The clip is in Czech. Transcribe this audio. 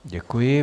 Děkuji.